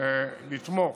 לתמוך